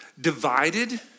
divided